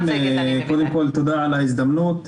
קודם כל תודה על ההזדמנות,